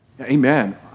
Amen